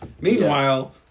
Meanwhile